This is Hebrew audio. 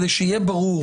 שיהיה ברור